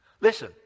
Listen